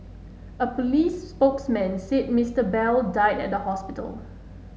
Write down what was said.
a police spokesman said Mister Bell died at the hospital